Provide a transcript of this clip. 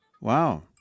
Wow